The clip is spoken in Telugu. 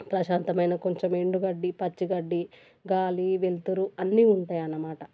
ప్రశాంతమైన కొంచెం ఎండు గడ్డి పచ్చి గడ్డి గాలి వెలుతురు అన్నీ ఉంటాయన్నమాట